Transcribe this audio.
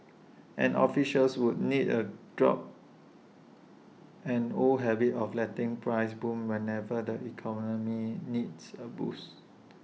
and officials would need A drop an old habit of letting prices boom whenever the economy needs A boost